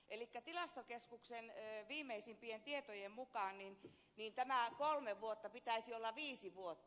elikkä tilastokeskuksen viimeisimpien tietojen mukaan niin tämän kolmen vuoden pitäisi olla viisi vuotta